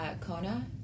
Kona